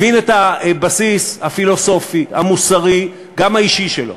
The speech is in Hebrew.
הבין את הבסיס הפילוסופי, המוסרי, גם האישי שלו,